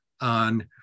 on